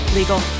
legal